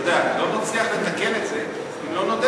אתה יודע, לא נצליח לתקן את זה אם לא נודה